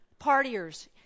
Partiers